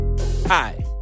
Hi